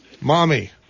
Mommy